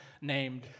named